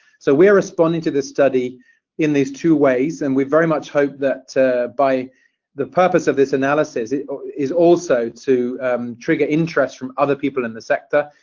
so we are responding to this study in these two ways, and we very much hope that by the purpose of this analysis is also to trigger interest from other people in the sector,